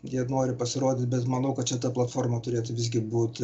jie nori pasirodyt bet manau kad čia ta platforma turėtų visgi būt